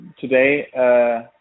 today